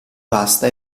vasta